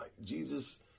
Jesus